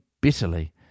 bitterly